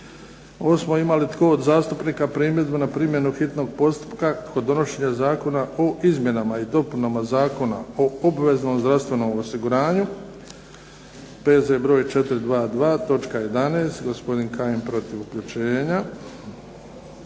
Osmo. Ima li tko od zastupnika primjedbu na primjenu hitnog postupka kod donošenja Zakona o izmjenama i dopunama Zakona o obveznom zdravstvenom osiguranju, P.Z. broj 422, točka 11. Gospodin Kajin protiv uključenja.